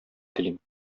телим